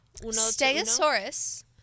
Stegosaurus